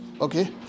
Okay